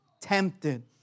tempted